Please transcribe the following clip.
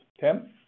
Tim